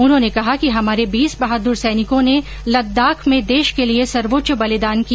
उन्होंने कहा कि हमारे बीस बहादुर सैनिकों ने लद्दाख में देश के लिए सर्वोच्च बलिदान किया